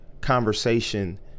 conversation